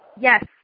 Yes